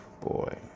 Boy